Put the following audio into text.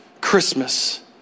Christmas